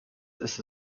ist